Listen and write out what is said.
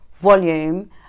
volume